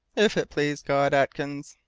if it please god, atkins.